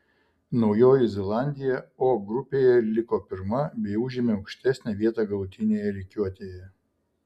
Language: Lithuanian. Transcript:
naujoji zelandija o grupėje liko pirma bei užėmė aukštesnę vietą galutinėje rikiuotėje